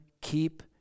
keep